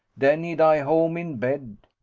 den he die home in bed.